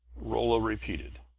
rolla repeated.